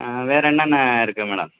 ம் வேறு என்னான்னா இருக்கு மேடம்